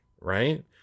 Right